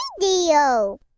video